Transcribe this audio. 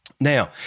Now